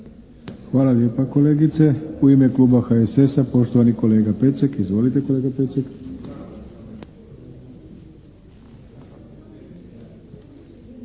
Hvala lijepa kolegice. U ime kluba HSS-a, poštovani kolega Pecek. Izvolite kolega Pecek.